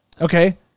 Okay